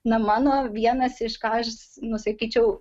na mano vienas iš ką aš nu sakyčiau